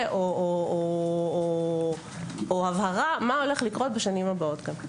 או הבהרה מה הולך לקרות גם בשנים הבאות.